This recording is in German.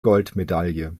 goldmedaille